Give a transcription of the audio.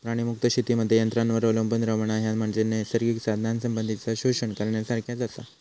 प्राणीमुक्त शेतीमध्ये यंत्रांवर अवलंबून रव्हणा, ह्या म्हणजे नैसर्गिक साधनसंपत्तीचा शोषण करण्यासारखाच आसा